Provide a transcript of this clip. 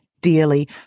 dearly